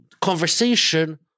conversation